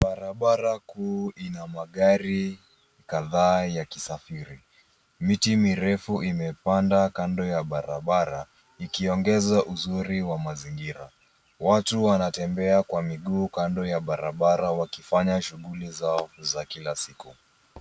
Barabara kuu ina magari kadhaa yakisafiri. Miti mirefu imepanda kando ya barabara ikiongeza uzuri wa mazingira. watu wanatembea kwa miguu kando ya barabara wakifanya shuguli zao za kila siku.